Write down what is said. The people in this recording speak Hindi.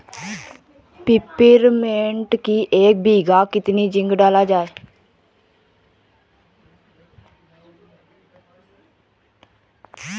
पिपरमिंट की एक बीघा कितना जिंक डाला जाए?